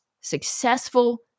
successful